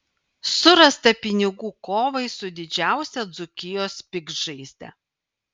surasta pinigų kovai su didžiausia dzūkijos piktžaizde